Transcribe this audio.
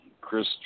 Chris